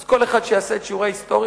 אז כל אחד שיעשה את שיעורי ההיסטוריה,